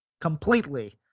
completely